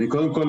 קודם כול,